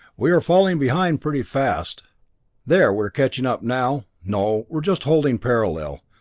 we are falling behind pretty fast there we are catching up now no we are just holding parallel!